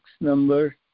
number